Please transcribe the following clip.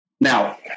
Now